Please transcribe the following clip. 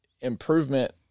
improvement